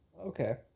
okay